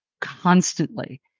constantly